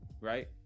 right